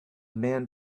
man